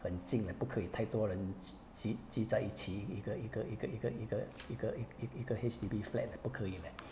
很静 leh 不可以太多人集聚在一起一个一个一个一个一个一个 H_D_B flat 不可以 leh